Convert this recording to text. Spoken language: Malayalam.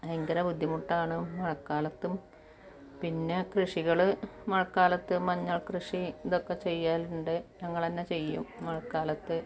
ഭയങ്കര ബുദ്ധിമുട്ടാണ് മഴക്കാലത്തും പിന്നെ കൃഷികൾ മഴക്കാലത്ത് മഞ്ഞൾ കൃഷി ഇതൊക്കെ ചെയ്യലുണ്ട് ഞങ്ങൾ തന്നെ ചെയ്യും മഴക്കാലത്ത്